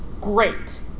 great